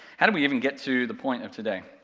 how do we even get to the point of today?